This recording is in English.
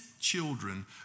Children